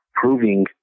proving